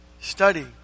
Study